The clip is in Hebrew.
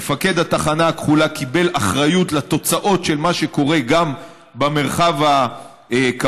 מפקד התחנה הכחולה קיבל אחריות לתוצאות של מה שקורה גם במרחב הכפרי,